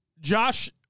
josh